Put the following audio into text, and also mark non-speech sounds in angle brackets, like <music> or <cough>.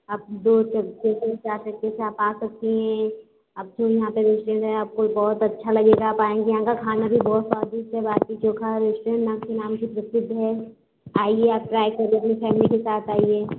आप दो <unintelligible> आप आ सकती हैं आपकी यहाँ का रेस्टोरेंट है आपको यह बहुत अच्छा लगेगा आप आएँगे यहाँ का खाना भी बहुत स्वादिष्ट है बाटी चोखा रेस्टोरेंट ना के नाम से प्रसिद्ध है आइए आप ट्राई कर लीजिए फैमिली के साथ आइए